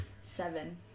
Seven